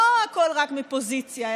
לא הכול רק מפוזיציה,